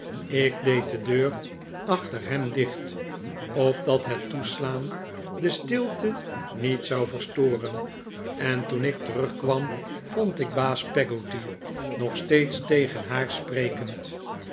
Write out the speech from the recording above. ik deed de deur achter hem dicht opdat het toeslaan de stilte niet zou verstoren en toen ik terugkwam vond ik baas peggotty nog steeds tegen haar sprekend